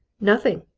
nothing!